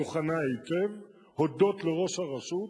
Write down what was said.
מוכנה היטב הודות לראש הרשות,